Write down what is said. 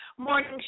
Morning